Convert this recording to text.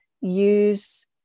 use